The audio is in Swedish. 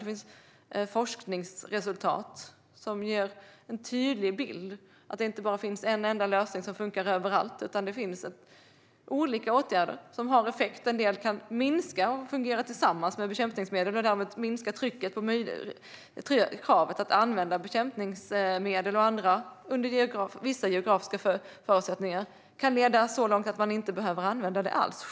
Det finns forskningsresultat som ger en tydlig bild av att det inte bara finns en enda lösning som funkar överallt, utan det finns olika åtgärder som har effekt. En del kan fungera tillsammans med bekämpningsmedel och därmed minska behovet av att använda bekämpningsmedel, medan andra - under vissa geografiska förutsättningar - kan leda så långt att man inte alls behöver använda bekämpningsmedel.